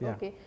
Okay